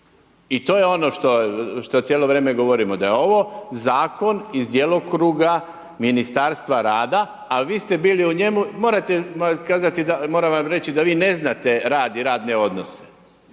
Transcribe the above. I to je ono što cijelo vrijeme govorimo, da je ovo zakon iz djelokruga Ministarstva rada a vi ste bili u njemu. Moram vam reći da vi ne znate rad i radne odnose